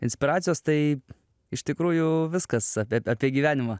inspiracijos tai iš tikrųjų viskas apie apie gyvenimą